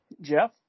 Jeff